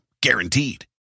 Guaranteed